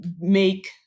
make